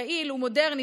יעיל ומודרני,